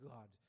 God